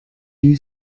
you